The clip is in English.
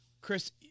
Chris